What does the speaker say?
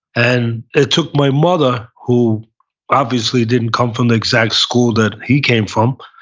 and it took my mother, who obviously didn't come from the exact school that he came from,